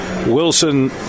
Wilson